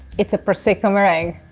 it's a prosecco meringue.